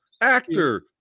actor